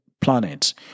planet